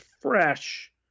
fresh